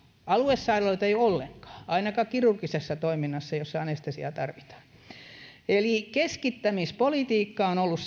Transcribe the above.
aluesairaaloita ei ole ollenkaan ainakaan kirurgisessa toiminnassa jossa anestesiaa tarvitaan eli keskittämispolitiikka on ollut